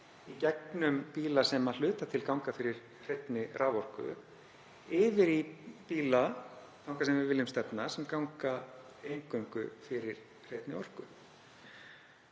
í gegnum bíla sem að hluta til ganga fyrir hreinni raforku, yfir í bíla, þangað sem við viljum stefna, sem ganga eingöngu fyrir hreinni orku.